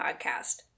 podcast